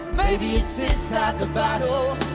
maybe it's inside the bottle